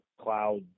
cloud